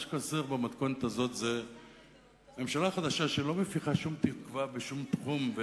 מה שחסר במתכונת הזאת זה ממשלה חדשה שלא מפיחה שום תקווה בשום תחום.